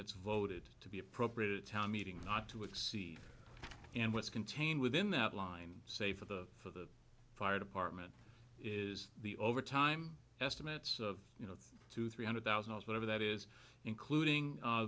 that's voted to be appropriated town meeting not to exceed and what's contained within that line say for the for the fire department is the over time estimates of you know to three hundred thousand or whatever that is including